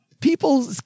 People